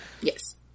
Yes